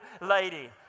lady